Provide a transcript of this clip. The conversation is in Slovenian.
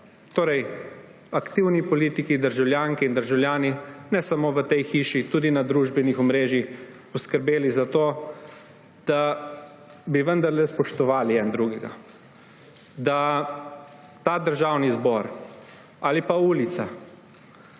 torej aktivni politiki, državljanke in državljani, ne samo v tej hiši, tudi na družbenih omrežjih poskrbeli za to, da bi vendarle spoštovali eden drugega, da Državni zbor ali pa ulica